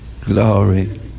Glory